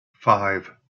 five